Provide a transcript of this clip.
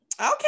okay